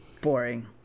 Boring